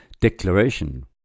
declaration